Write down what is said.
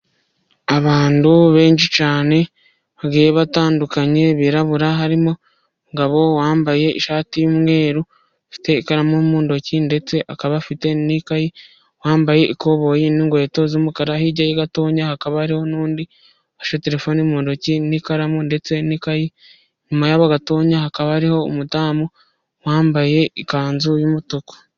Abantu benshi cyane bagiye batandukanye birabura. Harimo umugabo wambaye ishati y'umweru, ufite ikaramu mu ntoki, ndetse akaba afite n'ikayi, yambaye ikoboyi n'inkweto z'umukara. Hirya ye gato hakaba hariho n'undi afashe telefoni mu ntoki, n'ikaramu, ndetse n'ikayi. Inyuma yabo gato hakaba hari umudamu wambaye ikanzu y'umutuku.